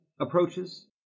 approaches